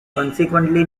consequently